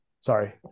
Sorry